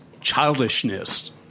childishness